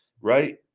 right